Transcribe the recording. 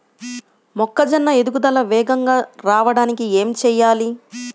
మొక్కజోన్న ఎదుగుదల వేగంగా రావడానికి ఏమి చెయ్యాలి?